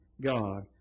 God